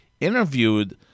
interviewed